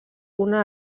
una